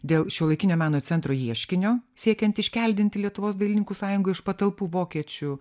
dėl šiuolaikinio meno centro ieškinio siekiant iškeldinti lietuvos dailininkų sąjungą iš patalpų vokiečių